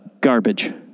garbage